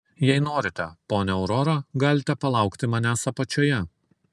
jei norite ponia aurora galite palaukti manęs apačioje